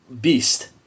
Beast